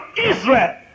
Israel